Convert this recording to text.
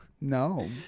No